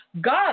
God